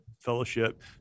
fellowship